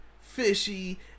fishy